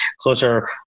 closer